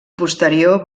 posterior